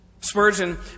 Spurgeon